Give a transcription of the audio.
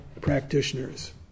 practitioners